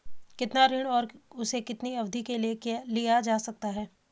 कितना ऋण और उसे कितनी अवधि के लिए लिया जा सकता है?